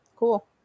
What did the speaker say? Cool